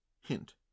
Hint